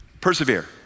Persevere